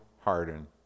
harden